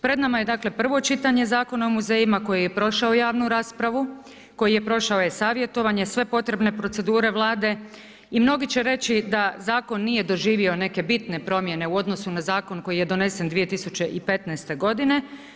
Pred nama je, dakle, prvo čitanje Zakona o muzejima koji je prošao javnu raspravu, koji je prošao savjetovanje, sve potrebne procedure Vlade i mnogi će reći da Zakon nije doživio neke bitne promjene u odnosu na Zakon koji je donesen 2015. godine.